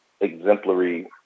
exemplary